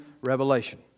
revelation